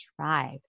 tribe